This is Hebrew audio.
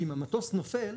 שאם המטוס נופל,